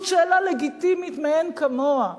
זאת שאלה לגיטימית מאין כמוה,